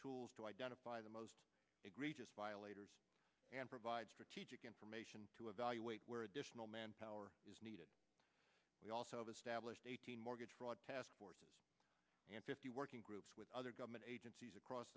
tools to identify the most egregious violators and provide strategic information to evaluate where additional manpower is needed we also have established eighteen mortgage fraud task forces and fifty working groups with other government agencies across